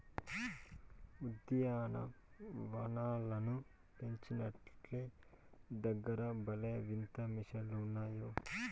ఉద్యాన వనాలను పెంచేటోల్ల దగ్గర భలే వింత మిషన్లు ఉన్నాయే